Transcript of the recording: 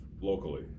locally